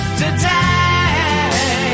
today